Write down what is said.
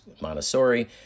Montessori